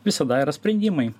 visada yra sprendimai